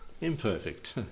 imperfect